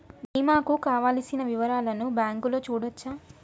బీమా కు కావలసిన వివరాలను బ్యాంకులో చూడొచ్చా?